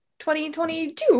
2022